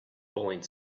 falling